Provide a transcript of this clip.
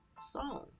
Song